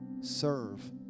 Serve